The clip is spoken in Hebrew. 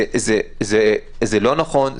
זה לא נכון,